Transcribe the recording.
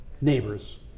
neighbors